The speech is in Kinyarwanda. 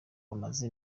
bamaze